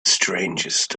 strangest